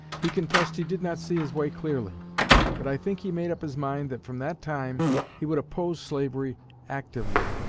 he confessed he did not see his way clearly but i think he made up his mind that from that time he would oppose slavery actively.